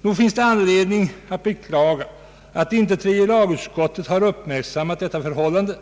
Nog finns det anledning att beklaga att tredje lagutskottet inte har uppmärksammat detta förhållande